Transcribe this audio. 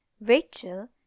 Rachel